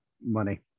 money